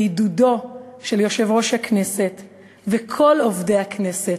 בעידודו של יושב-ראש הכנסת ועם כל עובדי הכנסת,